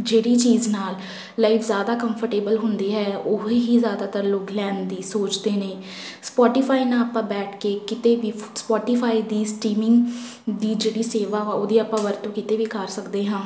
ਜਿਹੜੀ ਚੀਜ਼ ਨਾਲ ਲਾਈਫ ਜ਼ਿਆਦਾ ਕੰਫਰਟੇਬਲ ਹੁੰਦੀ ਹੈ ਉਹੀ ਹੀ ਜ਼ਿਆਦਾਤਰ ਲੋਕ ਲੈਣ ਦੀ ਸੋਚਦੇ ਨੇ ਸਪੋਟੀਫਾਈ ਨਾਲ ਆਪਾਂ ਬੈਠ ਕੇ ਕਿਤੇ ਵੀ ਸਪੋਟੀਫਾਈ ਦੀ ਸਟੀਮਿੰਗ ਦੀ ਜਿਹੜੀ ਸੇਵਾ ਉਹਦੀ ਆਪਾਂ ਵਰਤੋਂ ਕਿਤੇ ਵੀ ਕਰ ਸਕਦੇ ਹਾਂ